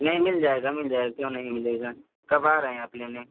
नहीं मिल जाएगा मिल जाएगा क्यों नहीं मिलेगा कब आ रहे हैं आप लेने